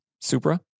Supra